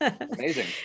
Amazing